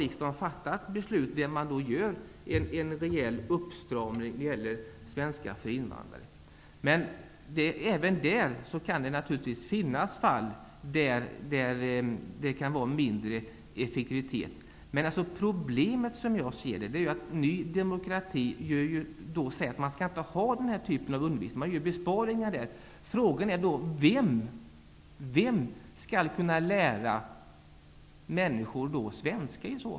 Riksdagen har fattat beslut om en rejäl uppstramning av undervisningen i svenska för invandrare. Även där kan det finnas fall där undervisningen är mindre effektiv. Problemet är att Ny demokrati inte vill ha denna typ av undervisning och vill genomföra besparingar på det området. Vem skall då lära människor svenska?